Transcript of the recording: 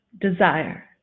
Desire